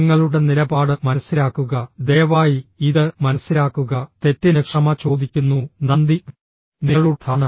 ഞങ്ങളുടെ നിലപാട് മനസിലാക്കുക ദയവായി ഇത് മനസിലാക്കുക തെറ്റിന് ക്ഷമ ചോദിക്കുന്നു നന്ദി നിങ്ങളുടെ ധാരണ